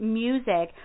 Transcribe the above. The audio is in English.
music